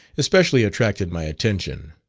especially attracted my attention.